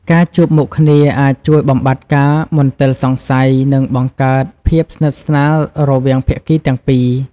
ការជួបមុខគ្នាអាចជួយបំបាត់ការមន្ទិលសង្ស័យ និងបង្កើតភាពស្និទ្ធស្នាលរវាងភាគីទាំងពីរ។